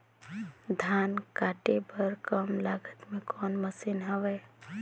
धान काटे बर कम लागत मे कौन मशीन हवय?